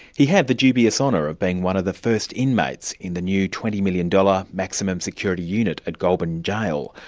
he had the dubious honour of being one of the first inmates in the new twenty million dollars maximum security unit at goulburn jail,